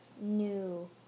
new